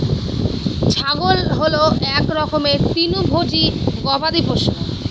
ছাগল হল এক রকমের তৃণভোজী গবাদি পশু